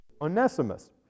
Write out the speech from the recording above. Onesimus